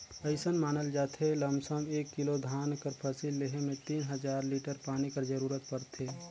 अइसन मानल जाथे लमसम एक किलो धान कर फसिल लेहे में तीन हजार लीटर पानी कर जरूरत परथे